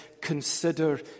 consider